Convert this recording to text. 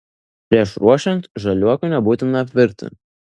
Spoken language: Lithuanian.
prieš ruošiant žaliuokių nebūtina apvirti